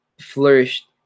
flourished